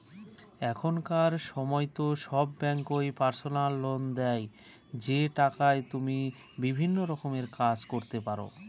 এখনকার সময়তো সব ব্যাঙ্কই পার্সোনাল লোন দেয় যে টাকায় তুমি বিভিন্ন রকমের কাজ করতে পারো